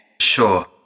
sure